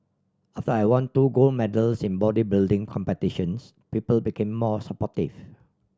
after I won two gold medals in bodybuilding competitions people became more supportive